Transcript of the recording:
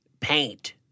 paint